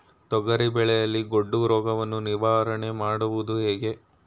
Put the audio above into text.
ತೊಗರಿ ಬೆಳೆಯಲ್ಲಿ ಗೊಡ್ಡು ರೋಗವನ್ನು ನಿವಾರಣೆ ಮಾಡುವುದು ಹೇಗೆ?